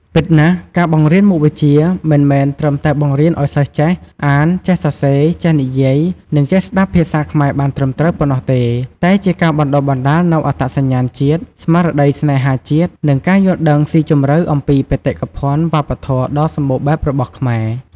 ពិតណាស់ ការបង្រៀនមុខវិជ្ជា មិនមែនត្រឹមតែបង្រៀនឱ្យសិស្សចេះ អាន ចេះសរសេរ ចេះនិយាយ និងចេះស្តាប់ភាសាខ្មែរបានត្រឹមត្រូវ ប៉ុណ្ណោះទេ តែជាការបណ្ដុះបណ្ដាលនូវអត្តសញ្ញាណជាតិ ស្មារតីស្នេហាជាតិ និងការយល់ដឹងស៊ីជម្រៅអំពីបេតិកភណ្ឌវប្បធម៌ដ៏សម្បូរបែបរបស់ខ្មែរ។